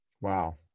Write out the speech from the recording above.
Wow